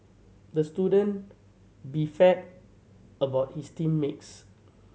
the student beefed about his team makes